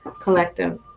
collective